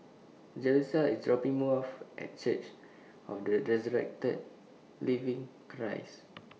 Jalissa IS dropping More off At Church of The Resurrected Living Christ